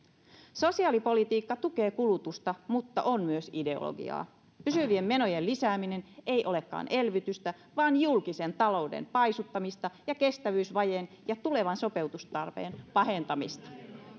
sosiaalipolitiikka tukee kulutusta mutta on myös ideologiaa pysyvien menojen lisääminen ei olekaan elvytystä vaan julkisen talouden paisuttamista ja kestävyysvajeen ja tulevan sopeutustarpeen pahentamista